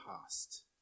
past